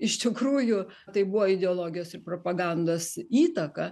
iš tikrųjų tai buvo ideologijos ir propagandos įtaka